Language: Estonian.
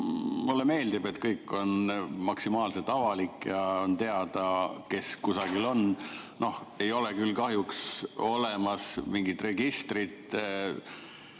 mulle meeldib, et kõik on maksimaalselt avalik ja on teada, kes kusagil on. Noh, ei ole küll kahjuks olemas mingit registrit